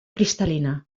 cristal·lina